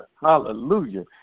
hallelujah